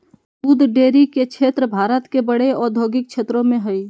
दूध डेरी के क्षेत्र भारत के बड़े औद्योगिक क्षेत्रों में हइ